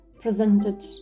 presented